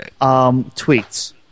tweets